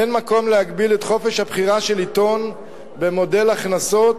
אין מקום להגביל את חופש הבחירה של עיתון במודל הכנסות